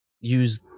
use